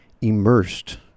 immersed